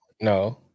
no